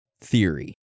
theory